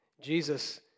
Jesus